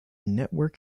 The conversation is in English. network